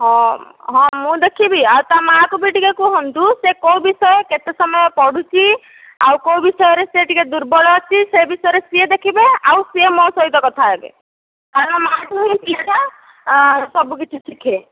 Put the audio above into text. ହଁ ହଁ ମୁଁ ଦେଖିବି ଆଉ ତା ମାଁ କୁ ବି ଟିକେ କୁହନ୍ତୁ ସେ କେଉଁ ବିଷୟ କେତେ ସମୟ ପଢୁଛି ଆଉ କେଉଁ ବିଷୟରେ ସେ ଟିକେ ଦୁର୍ବଳ ଅଛି ସେ ବିଷୟରେ ସିଏ ଦେଖିବେ ଆଉ ସିଏ ମୋ ସହିତ କଥା ହେବେ କାରଣ ମାଁ ଠୁ ହିଁ ଶିଶୁ ସବୁ କିଛି ଶିଖେ